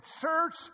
church